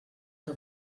que